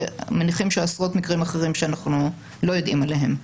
ומניחים שעשרות מקרים אחרים שאנחנו לא יודעים עליהם.